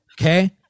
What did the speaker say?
okay